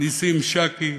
ניסים שאקי,